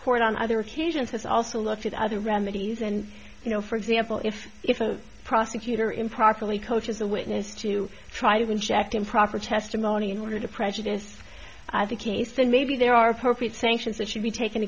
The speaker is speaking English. court on other occasions has also looked at other remedies and you know for example if if a prosecutor improperly coaches a witness to try to inject improper testimony in order to prejudice the case then maybe there are appropriate sanctions that should be taken